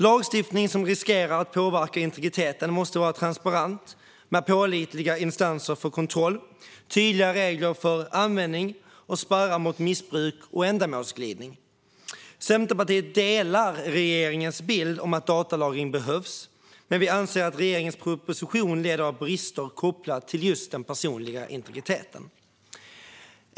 Lagstiftning som riskerar att påverka integriteten måste vara transparent med pålitliga instanser för kontroll, tydliga regler för användning och spärrar mot missbruk och ändamålsglidning. Centerpartiet delar regeringens bild att datalagring behövs, men vi anser att regeringens proposition lider av brister kopplade till just den personliga integriteten.